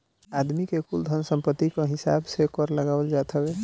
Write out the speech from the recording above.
आदमी के कुल धन सम्पत्ति कअ हिसाब से कर लगावल जात हवे